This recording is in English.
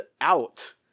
out